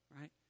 right